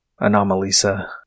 Anomalisa